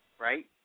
Right